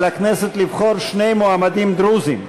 על הכנסת לבחור שני מועמדים דרוזים.